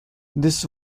this